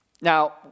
Now